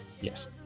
Yes